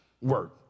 work